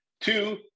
Two